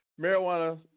marijuana